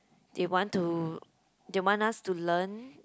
they want to they want us to learn